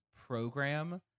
program